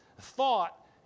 thought